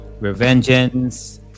Revengeance